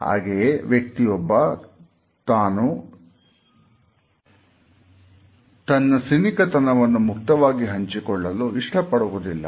ಹಾಗೆಯೇ ವ್ಯಕ್ತಿಯೊಬ್ಬ ತನ್ನ ಸಿನಿಕತನವನ್ನು ಮುಕ್ತವಾಗಿ ಹಂಚಿಕೊಳ್ಳಲು ಇಷ್ಟಪಡುವುದಿಲ್ಲ